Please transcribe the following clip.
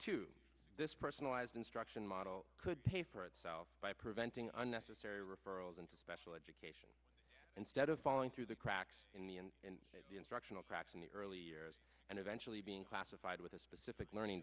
to this personalized instruction model could pay for itself by preventing unnecessary referrals and special education instead of falling through the cracks in the in the instructional tracks in the early years and eventually being classified with a specific learning